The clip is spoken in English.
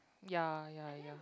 ya ya ya